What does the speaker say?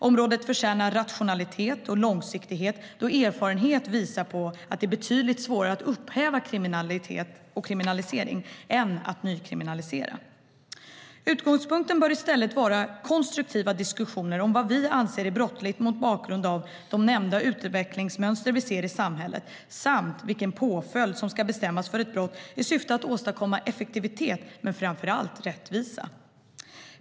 Området förtjänar rationalitet och långsiktighet, då erfarenhet visar på att det är betydligt svårare att upphäva kriminalisering än att nykriminalisera. Utgångspunkten bör i stället vara konstruktiva diskussioner om vad vi anser är brottsligt mot bakgrund av de utvecklingsmönster vi ser i samhället samt vilken påföljd som ska bestämmas för ett brott i syfte att åstadkomma effektivitet men framför allt rättvisa.